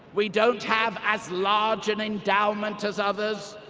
we don't have as large an endowment as others,